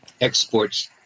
exports